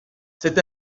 cet